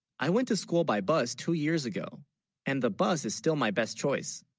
i went to school. by bus two years, ago and the bus is still my best choice?